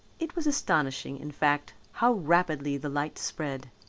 it was astonishing in fact how rapidly the light spread.